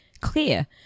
clear